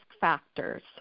factors